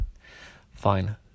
Fine